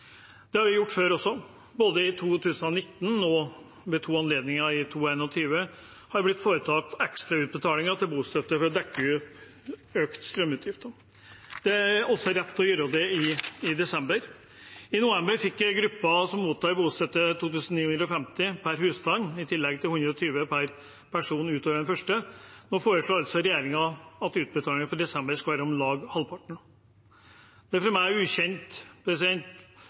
Det har vi også gjort før. Både i 2019 og ved to anledninger i 2021 har det blitt foretatt ekstrautbetalinger av bostøtte for å dekke økte strømutgifter. Det er også rett å gjøre det i desember. I november fikk gruppen som mottar bostøtte, 2 950 kr per husstand, i tillegg til 120 kr per person utover den første. Nå foreslår altså regjeringen at utbetalingen for desember skal være om lag halvparten. Det er for meg ukjent